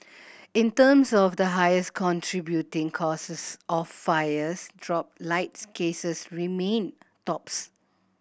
in terms of the highest contributing causes of fires dropped lights cases remained tops